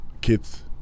kids